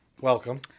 Welcome